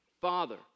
Father